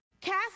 cast